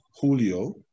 Julio